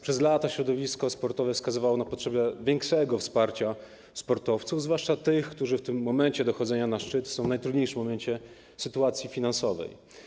Przez lata środowisko sportowe wskazywało na potrzebę większego wsparcia sportowców, zwłaszcza tych, którzy w momencie dochodzenia na szczyt są w najtrudniejszej sytuacji finansowej.